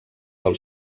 del